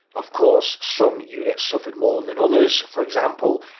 of course, some units suffered more than others. for example,